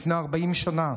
מלפני 40 שנה.